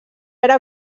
era